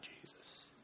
Jesus